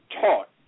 taught